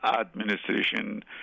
administration